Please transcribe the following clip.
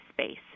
space